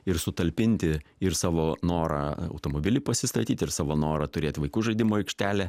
ir sutalpinti ir savo norą automobilį pasistatyti ir savo norą turėt vaikų žaidimų aikštelę